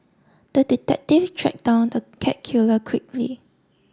the detective tracked down the cat killer quickly